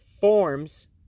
forms